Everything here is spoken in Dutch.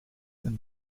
een